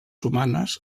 humanes